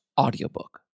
audiobook